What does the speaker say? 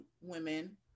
women